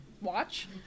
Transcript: watch